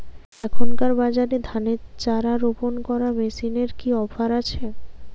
এখনকার বাজারে ধানের চারা রোপন করা মেশিনের কি অফার আছে?